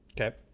Okay